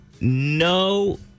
no